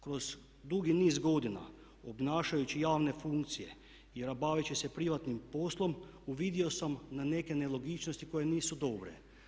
Kroz dugi niz godina obnašajući javne funkcije i baveći se privatnim poslom uvidio sam na neke nelogičnosti koje nisu dobre.